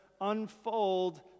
unfold